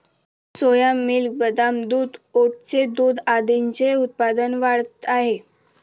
सोया milk, बदाम दूध, ओटचे दूध आदींचे उत्पादन वाढत आहे